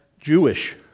Jewish